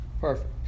perfect